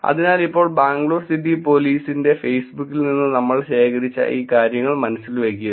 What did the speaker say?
അതിനാൽ ഇപ്പോൾ ബാംഗ്ലൂർ സിറ്റി പോലീസിന്റെ ഫേസ്ബുക്കിൽ നിന്ന് നമ്മൾ ശേഖരിച്ച ഈ കാര്യങ്ങൾ മനസ്സിൽ വയ്ക്കുക